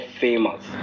famous